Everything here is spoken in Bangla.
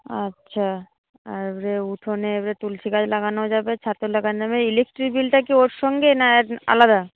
আচ্ছা আর উঠোনে তুলসী গাছ লাগানো যাবে ছাতে লাগানো যাবে ইলেকট্রিক বিলটা কি ওর সঙ্গে না আলাদা